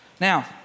Now